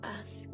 ask